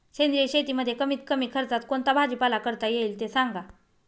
सेंद्रिय शेतीमध्ये कमीत कमी खर्चात कोणता भाजीपाला करता येईल ते सांगा